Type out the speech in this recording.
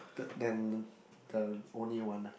the then the only one lah